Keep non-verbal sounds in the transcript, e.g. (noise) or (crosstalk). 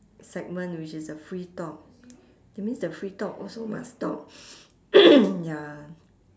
segment which is a free talk that means the free talk also must talk (coughs) ya